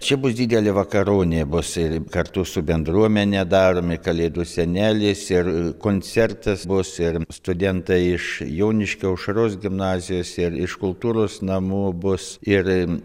čia bus didelė vakaronė bus ir kartu su bendruomene darome kalėdų senelis ir koncertas bus ir studentai iš joniškio aušros gimnazijos ir iš kultūros namų bus ir